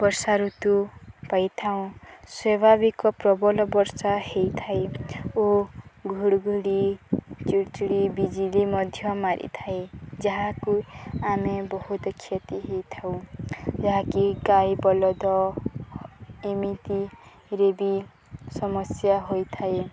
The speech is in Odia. ବର୍ଷା ଋତୁ ପାଇଥାଉଁ ସ୍ୱାଭାବିକ ପ୍ରବଳ ବର୍ଷା ହେଇଥାଏ ଓ ଘୁଡ଼ଘୁଡ଼ି ଚିଡ଼ିଚିଡ଼ି ବିଜଲି ମଧ୍ୟ ମାରିଥାଏ ଯାହାକୁ ଆମେ ବହୁତ କ୍ଷତି ହେଇଥାଉ ଯାହାକି ଗାଈ ବଳଦ ଏମିତିରେ ବି ସମସ୍ୟା ହୋଇଥାଏ